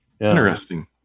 Interesting